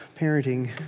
parenting